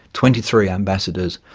twenty three ambassadors,